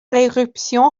éruption